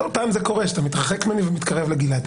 כל פעם זה קורה, שאתה מתרחק ממני ומתקרב לגלעד.